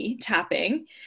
tapping